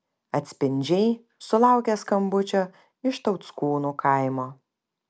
atspindžiai sulaukė skambučio iš tauckūnų kaimo